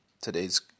today's